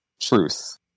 truth